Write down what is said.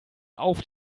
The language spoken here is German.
auf